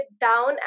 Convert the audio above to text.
down